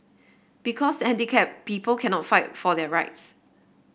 because handicap people cannot fight for their rights